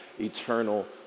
eternal